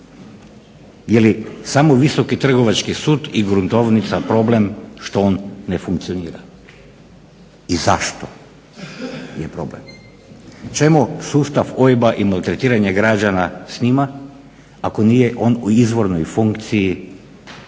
jeli samo Visoki trgovački sud i Gruntovnica problem što on ne funkcionira i zašto je problem? čemu sustav OIB-a i maltretiranja građana s njima ako nije on u izvornoj funkciji